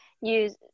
use